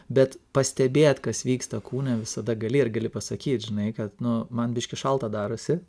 bet pastebėt kas vyksta kūne visada gali ir gali pasakyt žinai kad nu man biškį šalta darosi